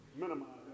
minimize